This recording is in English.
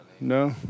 No